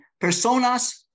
personas